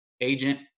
agent